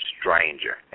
Stranger